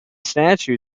statue